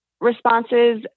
responses